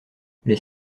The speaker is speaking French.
les